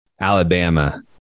Alabama